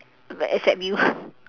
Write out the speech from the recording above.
but except you